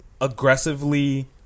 aggressively